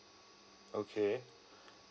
okay